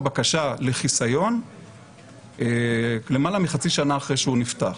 בקשה לחיסיון למעלה מחצי שנה אחרי שהוא נפתח.